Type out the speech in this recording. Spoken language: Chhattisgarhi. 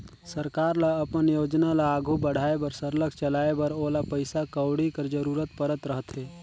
सरकार ल अपन योजना ल आघु बढ़ाए बर सरलग चलाए बर ओला पइसा कउड़ी कर जरूरत परत रहथे